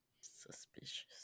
Suspicious